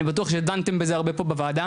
אני בטוח שדנתם בזה הרבה פה בוועדה,